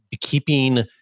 Keeping